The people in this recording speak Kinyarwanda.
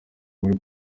muri